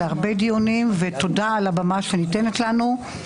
להרבה דיונים ותודה על הבמה שניתנת לנו.